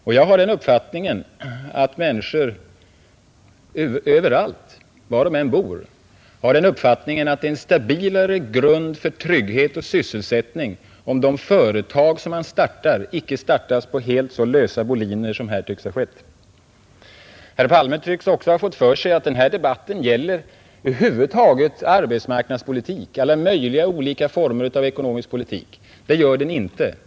Och jag har den erfarenheten att människor överallt, var de än bor, har den uppfattningen att det är en stabilare grund för trygghet och sysselsättning om de företag som man startar icke startas på så lösa boliner som här tycks ha skett. Herr Palme tycks också ha fått för sig att den här debatten gäller arbetsmarknadspolitik över huvud taget, alla möjliga olika former av Nr 53 ekonomisk politik. Det gör den inte.